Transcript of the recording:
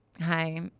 hi